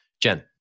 Jen